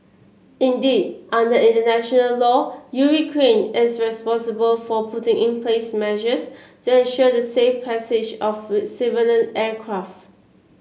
indeed under international law is responsible for putting in place measures to ensure the safe passage of civilian aircraft